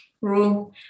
room